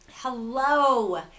Hello